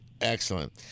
Excellent